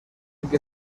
que